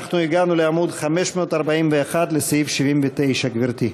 אנחנו הגענו לעמוד 541, לסעיף 79. גברתי.